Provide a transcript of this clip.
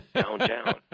downtown